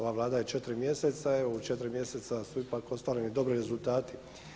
Ova Vlada je 4 mjeseca, evo u 4 mjeseca su ipak ostvareni dobri rezultati.